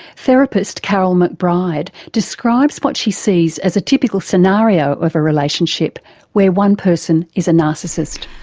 therapist karyl mcbride describes what she sees as a typical scenario of a relationship where one person is a narcissist.